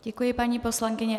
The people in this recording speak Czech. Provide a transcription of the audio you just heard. Děkuji, paní poslankyně.